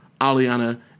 Aliana